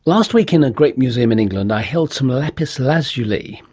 last week, in a great museum in england, i held some ah lapis lazuli.